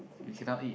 you cannot eat